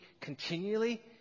continually